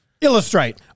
Illustrate